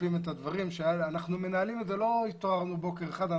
לא התעוררנו בוקר אחד.